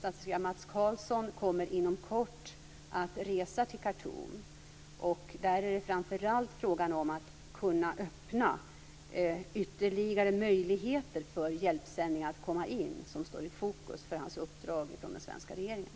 Statssekreterare Mats Karlsson kommer inom kort att resa till Khartoum, och det som står i fokus för hans uppdrag från den svenska regeringen är framför allt att öppna ytterligare möjligheter för hjälpsändningarna att komma in.